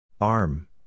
Arm